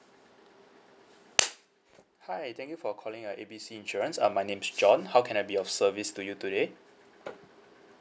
hi thank you for calling uh A B C insurance uh my name is john how can I be of service to you today